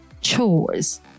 chores